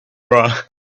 war